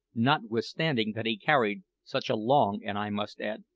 notwithstanding that he carried such a long and, i must add,